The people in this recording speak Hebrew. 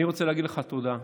אני רוצה להגיד לך תודה בשמי,